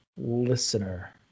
listener